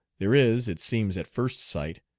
there is, it seems at first sight,